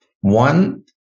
One